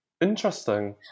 Interesting